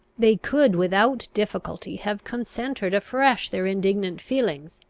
they could without difficulty have concentred afresh their indignant feelings,